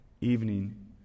evening